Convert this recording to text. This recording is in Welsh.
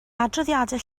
adroddiadau